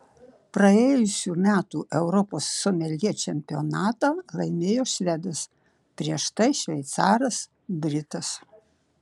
praėjusių metų europos someljė čempionatą laimėjo švedas prieš tai šveicaras britas